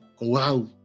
wow